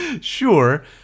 Sure